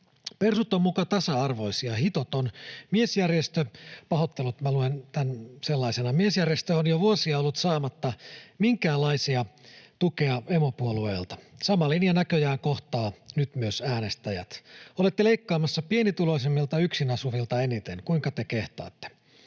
Persut on muka tasa-arvoisia, hitot on. Miesjärjestö” — pahoittelut, luen tämän sellaisenaan — ”on jo vuosia ollut saamatta minkäänlaisia tukia emopuolueelta. Saman linjan näköjään kohtaavat nyt myös äänestäjät. Olette leikkaamassa pienituloisimmilta yksin asuvilta eniten. Kuinka te kehtaatte?